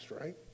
right